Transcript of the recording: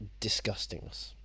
disgustingness